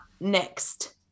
next